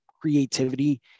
creativity